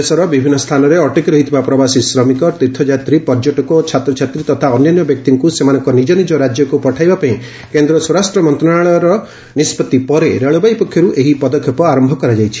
ଦେଶର ବିଭିନ୍ନ ସ୍ଥାନରେ ଅଟକି ରହିଥିବା ପ୍ରବାସୀ ଶ୍ରମିକ ତୀର୍ଥଯାତ୍ରୀ ପର୍ଯ୍ୟଟକ ଓ ଛାତ୍ରଛାତ୍ରୀ ତଥା ଅନ୍ୟାନ୍ୟ ବ୍ୟକ୍ତିଙ୍କୁ ସେମାନଙ୍କ ନିଜ ନିଜ ରାଜ୍ୟକୁ ପଠାଇବା ପାଇଁ କେନ୍ଦ୍ର ସ୍ୱରାଷ୍ଟ୍ର ମନ୍ତ୍ରଣାଳୟର ନିଷ୍କଭି ପରେ ରେଳବାଇ ପକ୍ଷରୁ ଏହି ପଦକ୍ଷେପ ଆରମ୍ଭ କରାଯାଇଛି